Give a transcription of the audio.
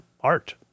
art